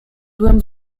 byłem